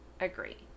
agree